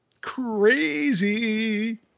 Crazy